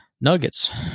Nuggets